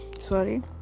Sorry